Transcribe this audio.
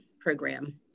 program